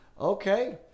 Okay